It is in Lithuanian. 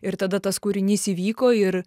ir tada tas kūrinys įvyko ir